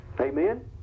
Amen